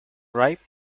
ripe